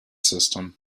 system